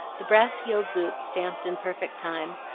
the brass-heeled boots stamped in perfect time,